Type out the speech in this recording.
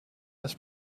this